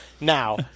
Now